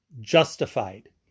justified